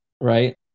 Right